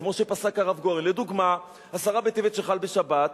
וכמו שפסק הרב גורן, לדוגמה, עשרה בטבת שחל בשבת,